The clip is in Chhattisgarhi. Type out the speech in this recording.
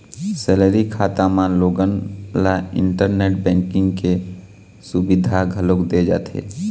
सेलरी खाता म लोगन ल इंटरनेट बेंकिंग के सुबिधा घलोक दे जाथे